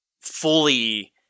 fully